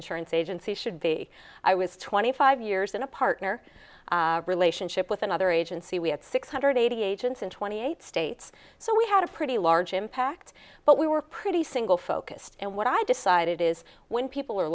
insurance agency should be i was twenty five years in a partner relationship with another agency we had six hundred eighty agents in twenty eight states so we had a pretty large impact but we were pretty single focused and what i decided is when people are